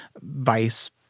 Vice